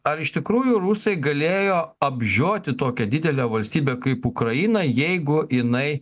ar iš tikrųjų rusai galėjo apžioti tokią didelę valstybę kaip ukraina jeigu jinai